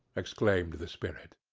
exclaimed the spirit.